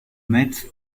mets